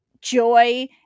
joy